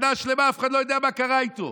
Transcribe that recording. שנה שלמה, אף אחד לא יודע מה קרה איתו.